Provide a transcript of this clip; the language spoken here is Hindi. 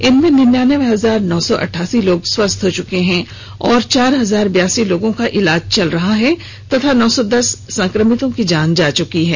इनमें निन्यान्बे हजार नौ सौ अठासी लोग स्वस्थ हो चुके हैं और चार हजार बयासी लोगों का इलाज चल रहा है तथा नौ सौ दस संक्रमितों की जान जा चुकी है